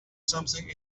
something